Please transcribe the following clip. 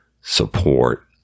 support